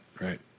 right